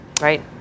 right